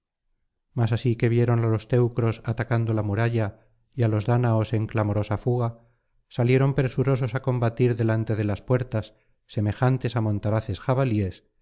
mas así que vieron á los teucros atacando la muralla y á los dáñaos en clamorosa fuga salieron presurosos á combatir delante de las puertas semejantes á montaraces jabalíes